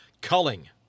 Culling